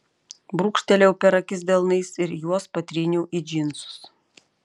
brūkštelėjau per akis delnais ir juos patryniau į džinsus